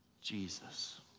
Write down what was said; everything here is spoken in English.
Jesus